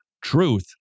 Truth